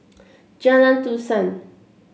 Jalan Dusan